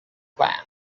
plans